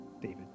David